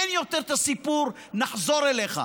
אין יותר את הסיפור: נחזור אליך.